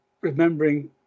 remembering